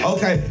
Okay